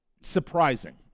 surprising